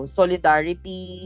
solidarity